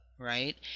right